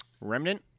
Remnant